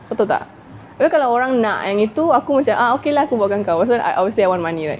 kau tahu tak tapi kalau orang nak yang itu aku macam ah okay lah aku buatkan kau pasal I obviously I want money right